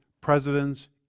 presidents